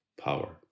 power